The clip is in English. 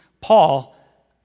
Paul